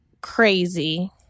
crazy